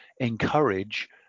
encourage